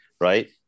right